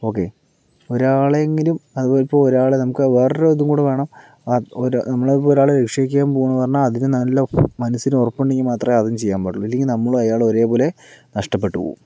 okay ഒരാളെയെങ്കിലും അതിപ്പോൾ ഒരാളെ നമുക്ക് വേറൊരു ഇതും കൂടെ വേണം നമ്മളിപ്പോൾ ഒരാളെ രക്ഷിക്കാന് പോവുകയെന്നു പറഞ്ഞാൽ അതിനു നല്ല മനസ്സിന് ഉറപ്പുണ്ടെങ്കില് മാത്രമേ അതും ചെയ്യാന് പാടുള്ളൂ ഇല്ലെങ്കില് നമ്മളും അയാളും ഒരേ പോലെ നഷ്ടപ്പെട്ടു പോവും